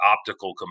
optical